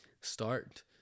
Start